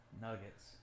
Nuggets